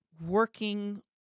working